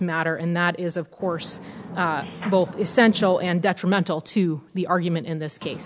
matter and that is of course both essential and detrimental to the argument in this case